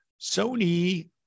Sony